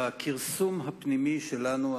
הכרסום הפנימי שלנו,